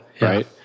right